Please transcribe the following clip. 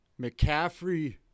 McCaffrey